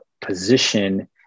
position